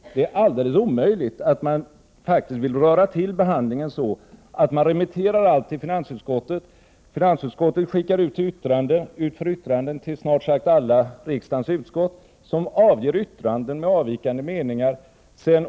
Det är helt omöjligt att man faktiskt skulle vilja röra till behandlingen så att man remitterar allt som finns i årets kompletteringsproposition till finansutskottet. Finansutskottet får sedan skicka ut propositionen för yttranden till snart sagt alla riksdagens utskott. De avger sina yttranden med avvikande meningar.